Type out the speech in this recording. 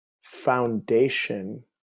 foundation